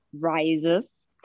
rises